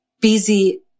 busy